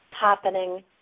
happening